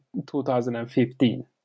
2015